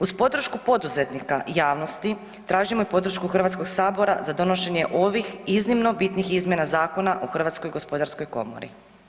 Uz podršku poduzetnika i javnosti tražimo i podršku Hrvatskog sabora za donošenje ovih iznimno bitnih zakona o Hrvatskoj gospodarskoj komori.